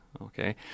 okay